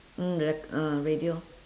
mm ya mm radio